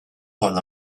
while